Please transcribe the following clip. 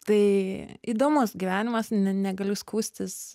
tai įdomus gyvenimas ne negaliu skųstis